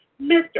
Mr